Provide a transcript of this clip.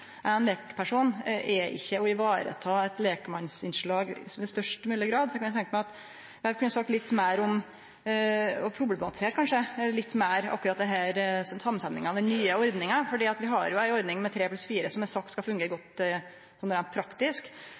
ein forskjell på éin lekmann er ikkje å vareta eit lekmannsinnslag «i størst mulig grad». Eg kunne tenkt meg at Werp kunne seie litt meir om – og kanskje problematisere – samansetjinga i den nye ordninga. Vi har jo ei ordning med tre pluss fire, som det er sagt skal fungere godt reint praktisk.